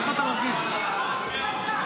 כל המציאות התגלתה.